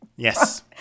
Yes